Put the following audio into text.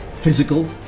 physical